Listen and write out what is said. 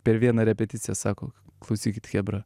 per vieną repeticiją sako klausykit chebra